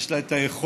יש לה את היכולת